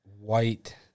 white